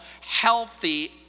healthy